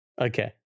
Okay